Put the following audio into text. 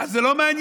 אז זה לא מעניין.